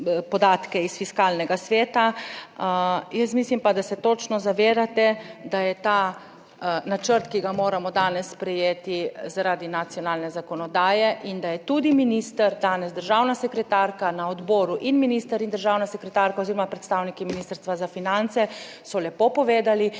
iz Fiskalnega sveta. Jaz mislim pa, da se točno zavedate, da je ta načrt, ki ga moramo danes sprejeti zaradi nacionalne zakonodaje in da je tudi minister danes državna sekretarka na odboru in minister in državna sekretarka oziroma predstavniki Ministrstva za finance so lepo povedali,